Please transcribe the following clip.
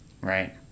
right